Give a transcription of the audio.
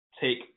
take